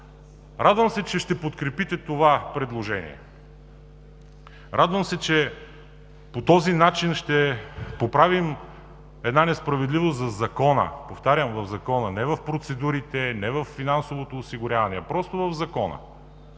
Радвам се, че ще подкрепите това предложение. Радвам се, че по този начин ще поправим една несправедливост в Закона, повтарям: в Закона, не в процедурите, не във финансовото осигуряване, а просто в Закона.